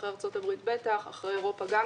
בטח אחרי ארצות הברית ואחרי אירופה גם